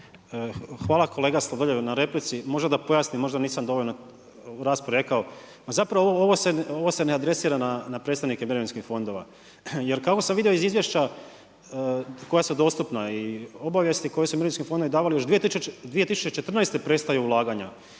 Hvala kolega Sladoljev na replici. Možda da pojasnim, možda nisam dovoljno glasno rekao, pa zapravo ovo se ne adresira na predstavnike mirovinskih fondova, jer kako sam vidio iz izvješća koja su dostupa i obavijesti koji su mirovinski fondovi davali još 2014. prestaju ulaganja.